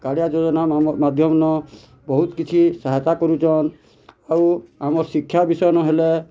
କାଳିଆ ଯୋଜନା ମାଧ୍ୟନ୍ ବହୁତ କିଛି ସହାୟତ କରୁଛନ୍ ଆଉ ଆମର୍ ଶିକ୍ଷା ବିଷୟନ୍ ହେଲା